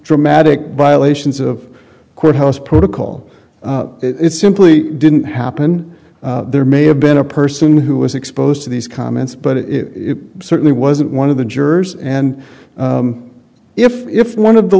dramatic violations of courthouse protocol it simply didn't happen there may have been a person who was exposed to these comments but it certainly wasn't one of the jurors and if if one of the